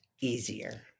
easier